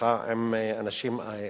עם אנשים אחרים.